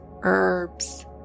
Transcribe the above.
herbs